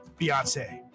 Beyonce